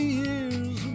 years